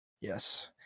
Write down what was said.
Yes